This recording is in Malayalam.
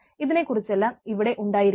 ഇതിനെക്കുറിച്ചെല്ലാം അവിടെ ഉണ്ടായിരിക്കണം